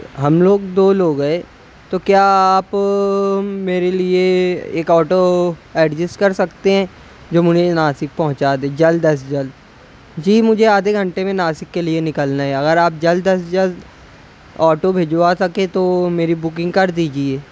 ہم لوگ دو لوگ ہے تو کیا آپ میرے لیے ایک آٹو ایڈجسٹ کر سکتے ہیں جو مجھے ناسک پہنچا دے جلد از جلد جی مجھے آدھے گھنٹے میں ناسک کے لیے نکلنا ہے اگر آپ جلد از جلد آٹو بھجوا سکیں تو میری بکنگ کر دیجیے